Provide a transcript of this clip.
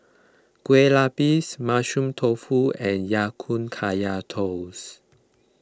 Kue Lupis Mushroom Tofu and Ya Kun Kaya Toast